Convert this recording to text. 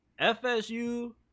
FSU